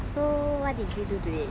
so what did you do today